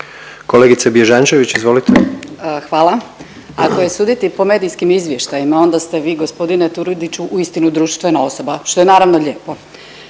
izvolite. **Bježančević, Sanja (SDP)** Hvala. Ako je suditi po medijskim izvještajima, onda ste vi gospodine Turudiću uistinu društvena osoba što je naravno lijepo.